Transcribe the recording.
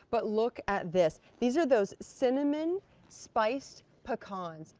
but look at this. these are those cinnamon spiced pecans.